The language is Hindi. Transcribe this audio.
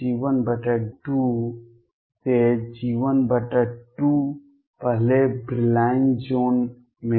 G1 2 से G1 2 पहले ब्रिलॉइन ज़ोन में